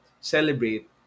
celebrate